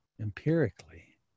empirically